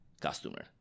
customer